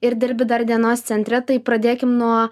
ir darbi dar dienos centre tai pradėkim nuo